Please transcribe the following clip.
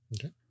Okay